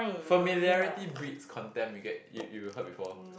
familiarity breeds contempt you get you you heard before